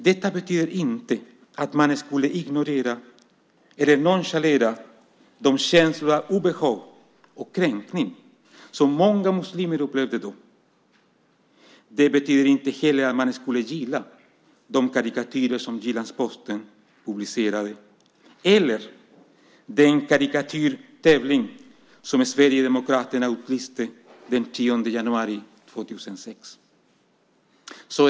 Detta betyder inte att man skulle ignorera eller nonchalera de känslor av obehag och kränkning som många muslimer upplevde då. Det betyder inte heller att man skulle gilla de karikatyrer som Jyllands-Posten publicerade eller den karikatyrtävling som Sverigedemokraterna utlyste den 10 januari 2006.